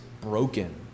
broken